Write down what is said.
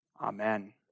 Amen